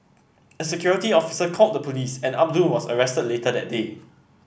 a security officer called the police and Abdul was arrested later that day